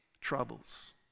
troubles